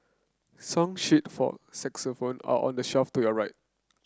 song sheet for saxophone are on the shelf to your right